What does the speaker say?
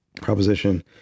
Proposition